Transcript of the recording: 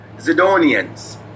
Zidonians